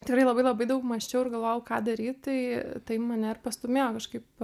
tikrai labai labai daug mąsčiau ir galvojau ką daryt tai tai mane ir pastūmėjo kažkaip